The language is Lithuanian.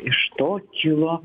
iš to kilo